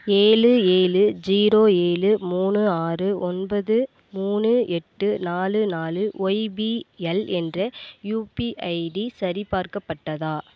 ஏழு ஏழு ஸீரோ ஏழு மூணு ஆறு ஒன்பது மூணு எட்டு நாலு நாலு ஒய்பிஎல் என்ற யுபிஐ ஐடி சரிபார்க்கப்பட்டதா